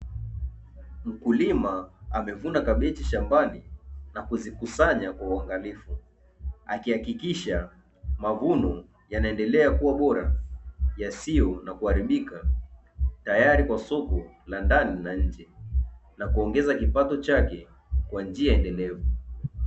Mkulima amevuna kabichi shambani na kuzikusanya kwa uangalifu akihakikisha mavuno yanaendelea kuwa bora yasiyo na kuharibika tayari kwa soko la ndani na nje na kuongeza kipato chake kwa njia endelevu.